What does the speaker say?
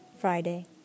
Friday